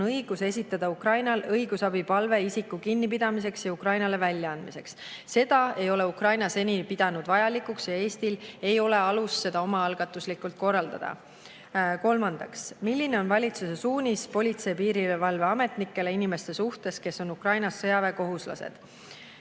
õigus esitada Ukrainal õigusabipalve isiku kinnipidamiseks ja Ukrainale väljaandmiseks. Seda ei ole Ukraina seni pidanud vajalikuks ja Eestil ei ole alust seda omaalgatuslikult korraldada. Kolmandaks: "Milline on valitsuse suunis politsei‑ ja piirivalveametnikele inimeste suhtes, kes on Ukrainas sõjaväekohuslased?"